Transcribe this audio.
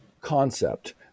concept